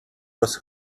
was